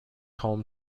home